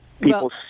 people